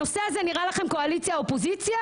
הנושא הזה נראה לכם קואליציה אופוזיציה?